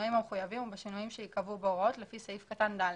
בשינויים המחויבים ובשינויים שייקבעו בהוראות לפי סעיף קטן (ד).